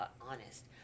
honest